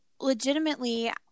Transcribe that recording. legitimately